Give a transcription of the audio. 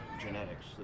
genetics